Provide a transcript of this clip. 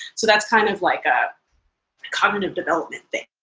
so that's kind of like a cognitive development thing.